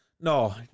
No